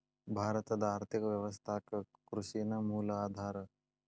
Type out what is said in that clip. ಭಾರತದ್ ಆರ್ಥಿಕ ವ್ಯವಸ್ಥಾಕ್ಕ ಕೃಷಿ ನ ಮೂಲ ಆಧಾರಾ